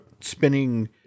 spinning